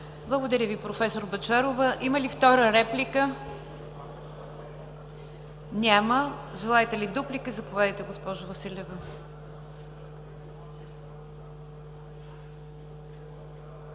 Благодаря Ви, проф. Бъчварова. Има ли втора реплика? Няма. Желаете ли дуплика, заповядайте, госпожо Василева.